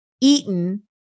eaten